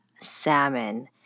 salmon